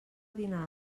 dinar